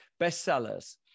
bestsellers